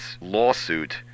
lawsuit